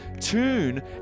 tune